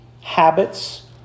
Habits